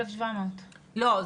1,700. לא,